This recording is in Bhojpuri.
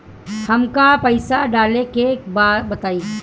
हमका पइसा डाले के बा बताई